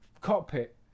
cockpit